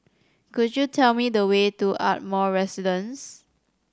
could you tell me the way to Ardmore Residence